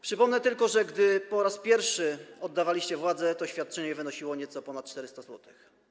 Przypomnę tylko, że gdy po raz pierwszy oddawaliście władzę, to świadczenie wynosiło nieco ponad 400 zł.